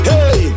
Hey